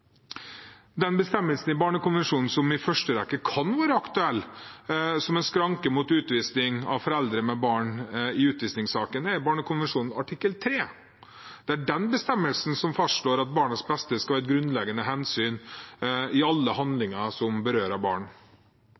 Den bestemmelsen i barnekonvensjonen som i første rekke kan være aktuell som en skranke mot utvisning av foreldre med barn i utvisningssaker, er barnekonvensjonens artikkel 3. Det er den bestemmelsen som fastslår at barnets beste skal være et grunnleggende hensyn i alle handlinger som berører barn.